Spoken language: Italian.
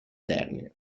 termine